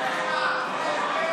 13), התשפ"ב 2022, נתקבלה.